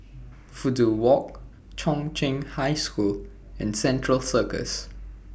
Fudu Walk Chung Cheng High School and Central Circus